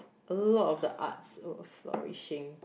a lot of the arts were flourishing